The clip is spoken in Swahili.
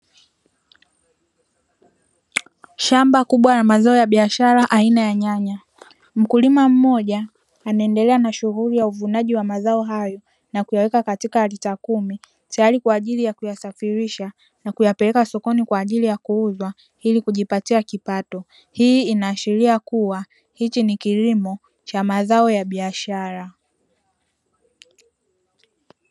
Shamba kubwa la mazao ya biashara aina ya nyanya. Mkulima mmoja anaendelea na shughuli ya uvunaji wa mazao hayo, na kuyaweka katika lita kumi tayari kwa ajili ya kuyasafirisha na kuyapeleka sokoni kwa ajili ya kuuzwa, ili kujipatia kipato. Hii inaashiria kuwa hichi ni kilimo cha mazao ya biashara.